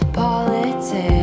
politics